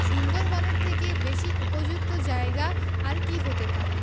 সুন্দরবনের থেকে বেশি উপযুক্ত জায়গা আর কী হতে পারে